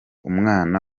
umwana